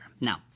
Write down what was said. Now